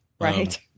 Right